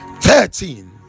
thirteen